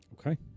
Okay